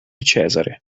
cesare